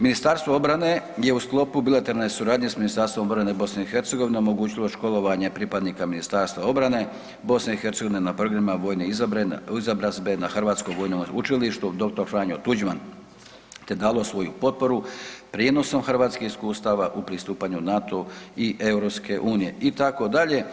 Ministarstvo obrane je u sklopu bilateralne suradnje s Ministarstvom obrane BiH omogućilo školovanje pripadnika Ministarstva obrane BiH na programima vojne izobrazbe na Hrvatskom vojnom učilištu „Dr. Franjo Tuđman“, te dalo svoju potporu prijenosom hrvatskih iskustava u pristupanju NATO-u i EU itd.